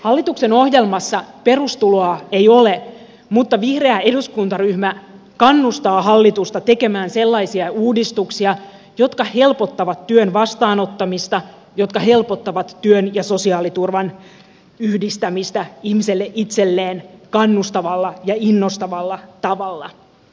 hallituksen ohjelmassa perustuloa ei ole mutta vihreä eduskuntaryhmä kannustaa hallitusta tekemään sellaisia uudistuksia jotka helpottavat työn vastaanottamista jotka helpottavat työn ja sosiaaliturvan yhdistämistä ihmiselle itselleen kannustavalla ja innostavalla tavalla